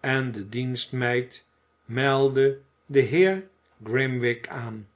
en de dienstmeid meldde den heer grim wig aan